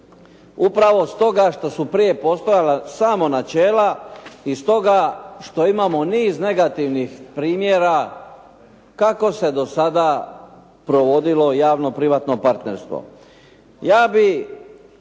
upravo stoga što su prije postojala samo načela i stoga što imamo niz negativnih primjera, kako se do sada provodilo javno-privatno partnerstvo.